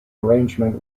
arrangement